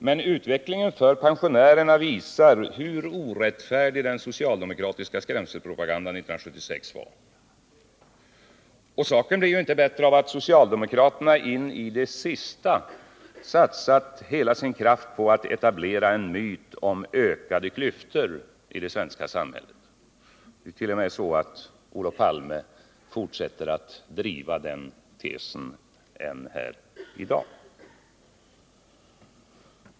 Men utvecklingen för pensionärerna visar hur orättfärdig den socialdemokratiska skrämselpropagandan 1976 var. Saken blir inte bättre av att socialdemokraterna in i det sista satsat hela sin kraft på att etablera en myt om ökade klyftor i det svenska samhället. Det är t.o.m. så att Olof Palme fortsätter att driva den tesen här än i dag.